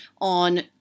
on